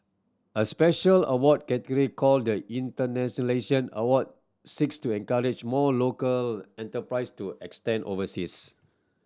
a special award category called the Internationalisation Award seeks to encourage more local enterprise to expand overseas